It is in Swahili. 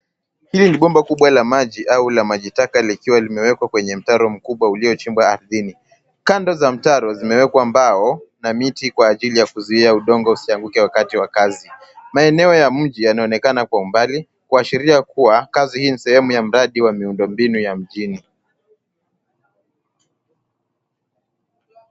Hili ni bomba kubwa la maji au la maji taka likiwa limewekwa kwenye mtaro mkubwa uliochimbwa ardhini. Kando ya mtaro zimewekwa kwa mbao na miti kwa ajili ya kuzuia udongo usianguke wakati wa mvua. Maeneo ya mji yanaonekana kwa mbali, kuashiria kuwa kazi hii ni sehemu ya mradi wa miundombinu ya mjini.